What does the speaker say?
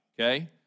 Okay